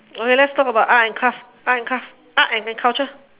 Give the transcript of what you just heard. okay let's talk about art and craft art and craft art and and culture